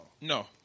No